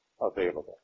available